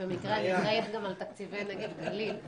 במקרה אני אחראית גם על תקציבי נגב-גליל.